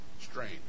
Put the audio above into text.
strain